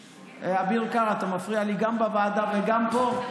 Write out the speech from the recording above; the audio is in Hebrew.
אביר קארה, אתה מפריע לי גם בוועדה וגם פה?